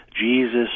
Jesus